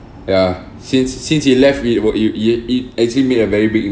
ya since since he left it were it uh it it actually make a very big